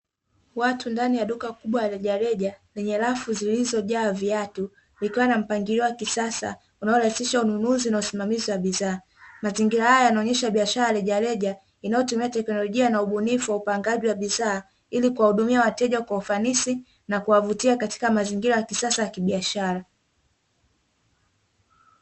Watu ndani ya duka kubwa la rejareja lenye rafu zilizojaa viatu vikiwa na mpangilio wa kisasa unaorahisisha ununuzi na usimamizi wa bidhaa, mazingira haya yanaonyesha biashara ya rejareja inayotumia teknolojia na ubunifu wa upangaji wa bidhaa ili kuwahudumia wateja kwa ufanisi na kuwavutia katika mazingira ya kisasa ya kibiashara.